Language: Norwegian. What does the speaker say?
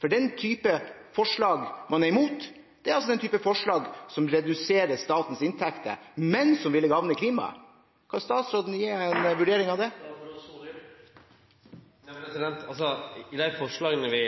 For den type forslag man er imot, er altså den type forslag som reduserer statens inntekter, men som ville gagne klimaet. Kan statsråden gi en vurdering av det? I dei forslaga vi